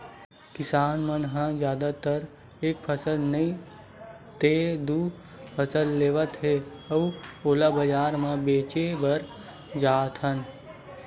किसान मन ह जादातर एक फसल नइ ते दू फसल लेवत हे अउ ओला बजार म बेचे बर जाथन